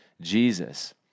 Jesus